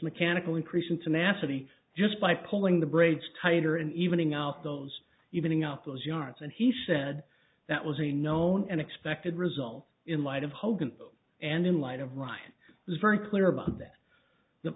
mechanical increase in tenacity just by pulling the braids tighter and evening out those evening out those yards and he said that was a known and expected result in light of hogan and in light of ryan was very clear about that the